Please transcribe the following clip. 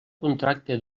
contracte